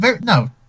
No